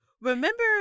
Remember